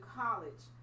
college